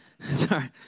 sorry